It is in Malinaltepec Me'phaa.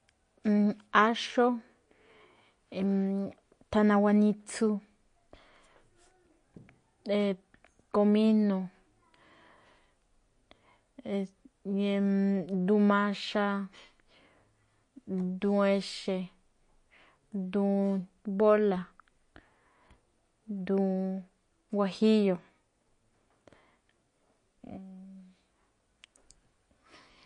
Áxó, thana guanitsu, komíno̱, duun maxa, duun exe̱, duun bóla̱, duun wajíyo̱.